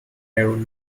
have